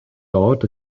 dort